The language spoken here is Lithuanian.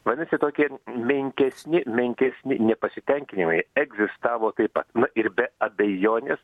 vadinasi tokie menkesni menkesni nepasitenkinimai egzistavo taip pat ir be abejonės